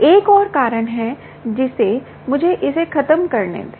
एक और कारण है जिसे मुझे इसे खत्म करने दें